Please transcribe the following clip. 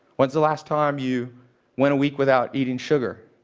was the last time you went a week without eating sugar?